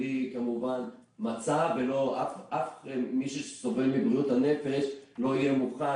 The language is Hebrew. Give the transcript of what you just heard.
בלי כמובן מצב ואף מי שסובל מבריאות הנפש לא יהיה מוכן,